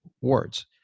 words